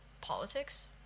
politics